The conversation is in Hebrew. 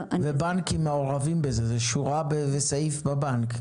בנקים מעורבים בזה, זה שורה באיזה סעיף בבנק.